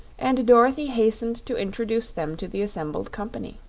and dorothy hastened to introduce them to the assembled company.